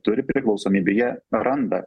turi priklausomybių jie randa